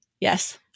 Yes